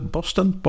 Boston